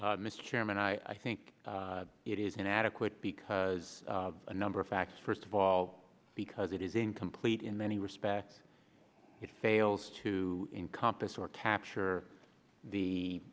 chairman i think it is inadequate because as a number of facts first of all because it is incomplete in many respects it fails to encompass or capture the